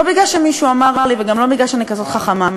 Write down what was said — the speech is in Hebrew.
לא מפני שמישהו אמר לי וגם לא מפני שאני כזאת חכמה,